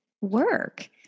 work